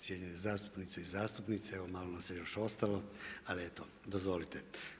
Cijenjene zastupnice i zastupnici, evo malo nas je još ostalo, ali eto dozvolite.